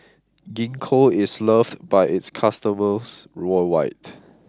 Gingko is loved by its customers worldwide